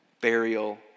burial